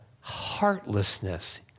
heartlessness